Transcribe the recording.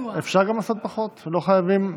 פחות, לא חייבים.